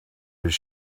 does